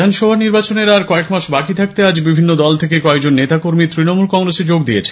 বিধানসভা নির্বাচনের আর কয়েকমাস বাকি থাকতে আজ বিভিন্ন দল থেকে কয়েকজন নেতা কর্মী ত্রণমূল কংগ্রেসে যোগ দিয়েছেন